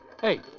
Hey